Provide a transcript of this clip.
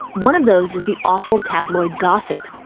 one of those is the awful tabloid gossip.